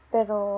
Pero